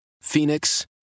Phoenix